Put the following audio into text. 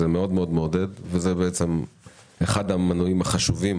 זה מאוד מעודד וזה בעצם אחד המנועים החשובים